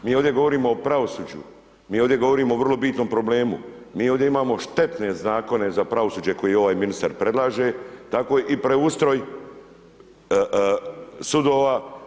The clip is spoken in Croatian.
Mi ovdje govorimo o pravosuđu, mi ovdje govorimo o vrlo bitnom problemu, mi ovdje imamo štetne zakone za pravosuđe koje ovaj ministar predlaže tako i preustroj sudova.